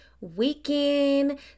weekend